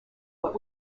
what